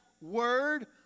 word